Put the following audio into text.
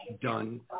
done